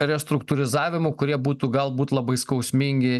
restruktūrizavimų kurie būtų galbūt labai skausmingi i